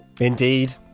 Indeed